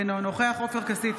אינו נוכח עופר כסיף,